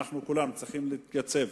כולנו צריכים להתייצב,